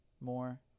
more